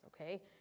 okay